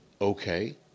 okay